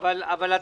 אבל הם